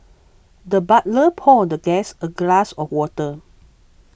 the butler poured the guest a glass of water